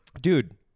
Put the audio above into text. dude